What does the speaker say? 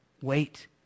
Wait